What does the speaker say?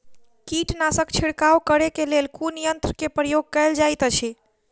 कीटनासक छिड़काव करे केँ लेल कुन यंत्र केँ प्रयोग कैल जाइत अछि?